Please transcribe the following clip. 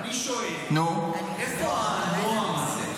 אני שואל מאיפה הנועם הזה?